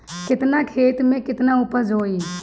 केतना खेत में में केतना उपज होई?